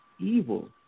evil